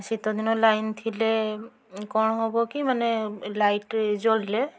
ଶୀତଦିନ ଲାଇନ୍ ଥିଲେ କ'ଣ ହବ କି ମାନେ ଏ ଲାଇଟ୍ ଜଳିଲେ